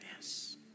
Yes